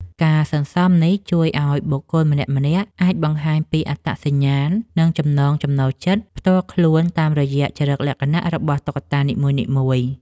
ការសន្សំនេះជួយឱ្យបុគ្គលម្នាក់ៗអាចបង្ហាញពីអត្តសញ្ញាណ និងចំណង់ចំណូលចិត្តផ្ទាល់ខ្លួនតាមរយៈចរិតលក្ខណៈរបស់តុក្កតានីមួយៗ។